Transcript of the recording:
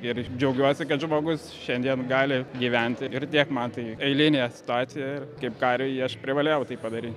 ir džiaugiuosi kad žmogus šiandien gali gyventi ir tiek man tai eilinė situacija ir kaip kariui aš privalėjau tai padaryt